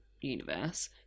universe